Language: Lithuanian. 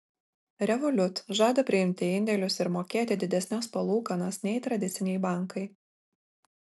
revolut žada priimti indėlius ir mokėti didesnes palūkanas nei tradiciniai bankai